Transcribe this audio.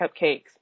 cupcakes